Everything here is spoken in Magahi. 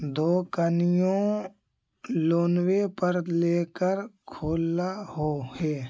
दोकनिओ लोनवे पर लेकर खोललहो हे?